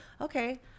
okay